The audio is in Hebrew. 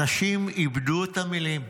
אנשים איבדו את המילים,